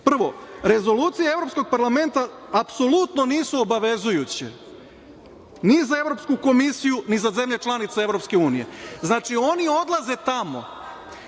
rezolucije Evropskog parlamenta apsolutno nisu obavezujuće ni za Evropsku komisiju, ni za zemlje članice EU. Znači, oni odlaze tamo,